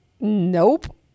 Nope